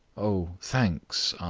oh, thanks,